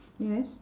yes